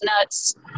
nuts